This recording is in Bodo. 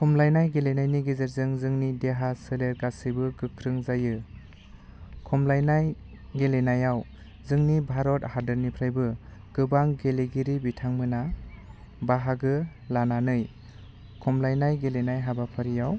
खमलायनाय गेलेनायनि गेजेरजों जोंनि देहा सोलेर गासैबो गोख्रों जायो खमलायनाय गेलेनायाव जोंनि भारत हादोरनिफ्रायबो गोबां गेलेगिरि बिथांमोनहा बाहागो लानानै खमलायनाय गेलेनाय हाबाफारियाव